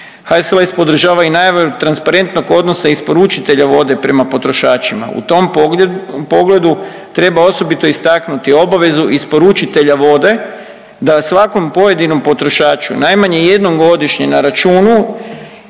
HSLS podržava i najave transparentnog odnosa isporučitelja vode prema potrošačima. U tom pogledu, treba osobito istaknuti obavezu isporučitelja vode da svakom pojedinom potrošaču najmanje jednom godišnje na računu